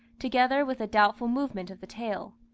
together with a doubtful movement of the tail.